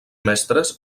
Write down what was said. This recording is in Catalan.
mestres